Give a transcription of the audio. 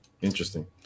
Interesting